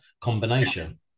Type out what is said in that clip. combination